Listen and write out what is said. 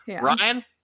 Ryan